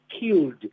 killed